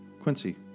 Quincy